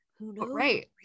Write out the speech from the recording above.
Right